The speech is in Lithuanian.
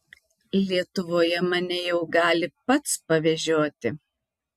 lietuvoje mane jau gali pats pavežioti